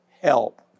help